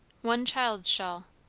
one child's shawl.